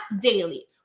daily